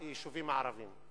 ביישובים הערביים,